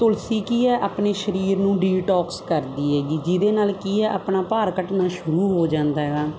ਤੁਲਸੀ ਕੀ ਹੈ ਆਪਣੇ ਸਰੀਰ ਨੂੰ ਡੀਟੋਕਸ ਕਰਦੀ ਹੈਗੀ ਜਿਹਦੇ ਨਾਲ ਕੀ ਹੈ ਆਪਣਾ ਭਾਰ ਘਟਣਾ ਸ਼ੁਰੂ ਹੋ ਜਾਂਦਾ ਹੈਗਾ